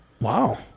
wow